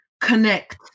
connect